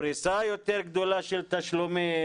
פריסה יותר גדולה של תשלומים,